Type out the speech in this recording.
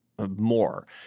more